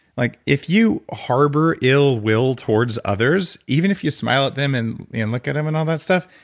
like if you harbor ill will towards others, even if you smile at them and and look at them and all that stuff,